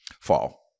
Fall